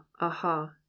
aha